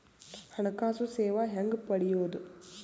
ಹಣಕಾಸು ಸೇವಾ ಹೆಂಗ ಪಡಿಯೊದ?